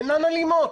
אינן אלימות,